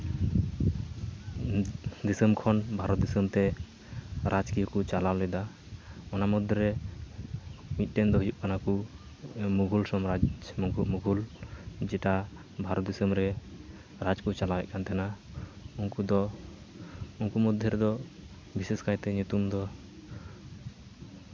ᱫᱤᱥᱚᱢ ᱠᱷᱚᱱ ᱵᱷᱟᱨᱚᱛ ᱫᱤᱥᱚᱢ ᱛᱮ ᱨᱟᱡᱽ ᱠᱤᱭᱟᱹ ᱠᱚ ᱪᱟᱞᱟᱣ ᱞᱮᱫᱟ ᱚᱱᱟ ᱢᱚᱫᱽᱫᱷᱮ ᱨᱮ ᱢᱤᱫᱴᱮᱱ ᱫᱚ ᱦᱩᱭᱩᱜ ᱠᱟᱱᱟ ᱠᱩ ᱢᱳᱜᱷᱳᱞ ᱥᱚᱢᱨᱟᱡᱽ ᱱᱩᱠᱩ ᱢᱳᱜᱷᱳᱞ ᱡᱮᱴᱟ ᱵᱷᱟᱨᱚᱛ ᱫᱤᱥᱚᱢ ᱨᱮ ᱨᱟᱡᱽ ᱠᱚ ᱪᱟᱞᱟᱣᱮᱫ ᱠᱟᱱ ᱛᱟᱦᱮᱱᱟ ᱩᱱᱠᱩ ᱫᱚ ᱩᱱᱠᱩ ᱢᱚᱫᱽᱫᱷᱮ ᱨᱮᱫᱚ ᱵᱤᱥᱮᱥ ᱠᱟᱭᱛᱮ ᱧᱩᱛᱩᱢ ᱫᱚ